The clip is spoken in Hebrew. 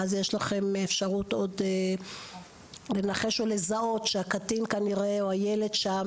ואז יש לכם אפשרות לנחש או לזהות שילד שמתגורר שם